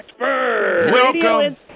Welcome